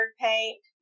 paint